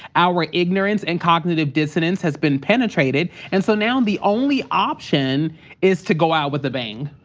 our ignorance and cognitive dissonance has been penetrated. and so now, and the only option is to go out with a bang.